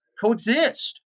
coexist